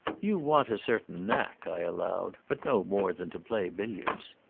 you want a certain knack, i allowed, but no more than to play billiards.